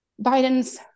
Biden's